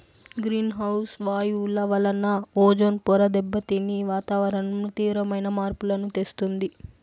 green house వాయువుల వలన ozone పొర దెబ్బతిని వాతావరణంలో తీవ్రమైన మార్పులను తెస్తుంది